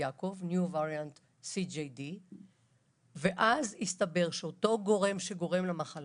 יעקב new variant CJD. ואז הסתבר שאותו גורם למחלה